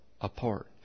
apart